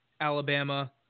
Alabama